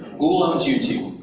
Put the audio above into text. google owns youtube.